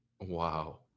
Wow